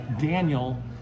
daniel